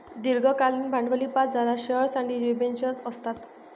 दीर्घकालीन भांडवली बाजारात शेअर्स आणि डिबेंचर्स असतात